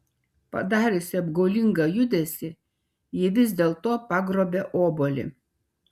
padariusi apgaulingą judesį ji vis dėlto pagrobia obuolį